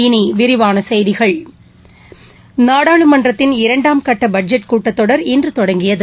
இனி விரிவான செய்திகள் நாடாளுமன்றத்தின் இரண்டாம் கட்ட பட்ஜெட் கூட்டத்தொடர் இன்று தொடங்கியது